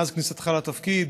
מאז כניסתך לתפקיד